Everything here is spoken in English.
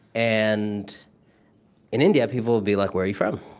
and in india, people would be like, where are you from?